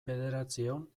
bederatziehun